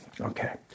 Okay